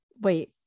wait